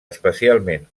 especialment